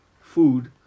food